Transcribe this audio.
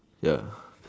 ya